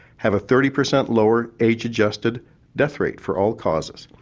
have a thirty per cent lower age-adjusted death rate for all causes,